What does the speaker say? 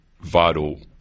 vital